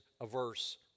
averse